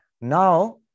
now